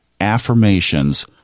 affirmations